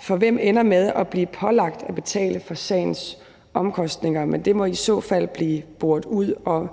For hvem ender med at blive pålagt at betale for sagens omkostninger? Men det må i så fald blive boret ud, og